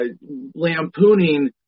lampooning